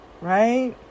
Right